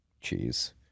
cheese